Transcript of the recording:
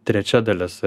trečia dalis